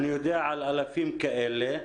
אני יודע על אלפים כאלה.